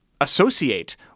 associate